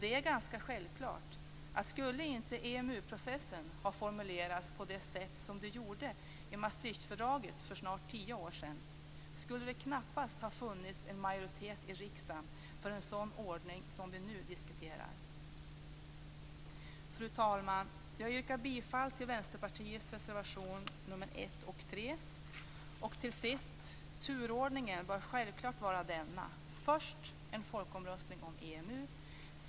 Det är ganska självklart att om inte EMU processen skulle ha formulerats på det sätt som man gjorde i Maastrichtfördraget för snart tio år sedan skulle det knappast ha funnits en majoritet i riksdagen för en sådan ordning som vi nu diskuterar. Fru talman! Jag yrkar bifall till Vänsterpartiets reservationer nr 1 och 3. Till sist. Turordningen bör självklart vara denna: Först en folkomröstning om EMU.